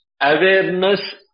awareness